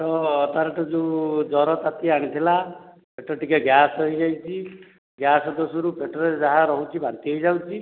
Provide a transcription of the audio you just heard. ପେଟ ତା'ର ତ ଯୋଉ ଜର ତାତି ଆଣିଥିଲା ପେଟ ଟିକେ ଗ୍ୟାସ୍ ହେଇଯାଇଛି ଗ୍ୟାସ୍ ଦୋଷରୁ ପେଟରେ ଯାହା ରହୁଛି ବାନ୍ତି ହେଇଯାଉଛି